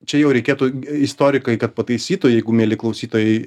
čia jau reikėtų istorikai kad pataisytų jeigu mieli klausytojai